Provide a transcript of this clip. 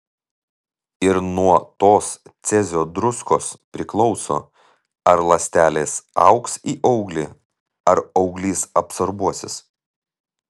ir nuo tos cezio druskos priklauso ar ląstelės augs į auglį ar auglys absorbuosis